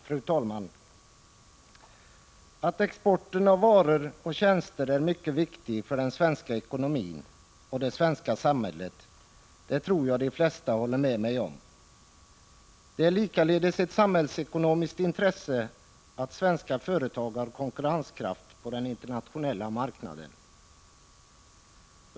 Fru talman! Att exporten av varor och tjänster är mycket viktig för den svenska ekonomin och det svenska samhället tror jag de flesta håller med mig om. Det är likaledes ett samhällsekonomiskt intresse att svenska företag har konkurrenskraft på den internationella marknaden.